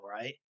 right